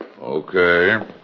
Okay